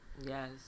yes